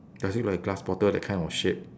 does it look like a glass bottle that kind of shape